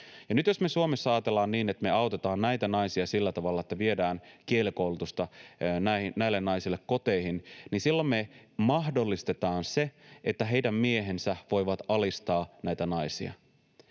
jos me Suomessa ajatellaan niin, että me autetaan näitä naisia sillä tavalla, että viedään kielikoulutusta näille naisille koteihin, niin silloin me mahdollistetaan se, että heidän miehensä voivat alistaa näitä naisia.